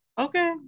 okay